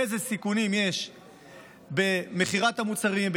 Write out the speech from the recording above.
איזה סיכונים יש במכירת המוצרים,